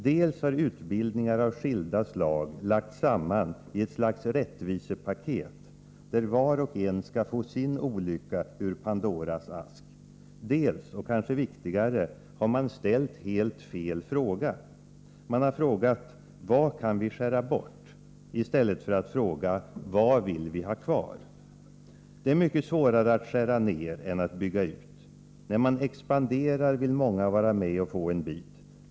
Dels har utbildningar av skilda slag lagts samman i ett slags rättvisepaket, där var och en skall få sin olycka ur Pandoras ask. Dels, och kanske viktigare, har man ställt helt fel fråga. Man har frågat: Vad kan vi skära bort? I stället borde man har frågat: Vad vill vi har kvar? Det är mycket svårare att skära ned än att bygga ut. När man expanderar vill många vara med och få en bit.